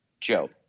Joe